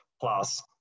plus